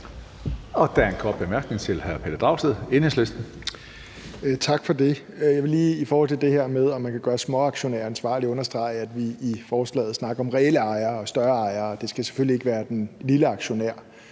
Der er en kort bemærkning til hr. Pelle Dragsted, Enhedslisten. Kl. 18:06 Pelle Dragsted (EL): Tak for det. Jeg vil lige i forhold til det her med, om man kan gøre småaktionærer ansvarlige, understrege, at vi i forslaget snakker om reelle ejere og større ejere. Det skal selvfølgelig ikke være den lille aktionær,